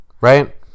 Right